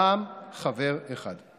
רע"מ, חבר אחד.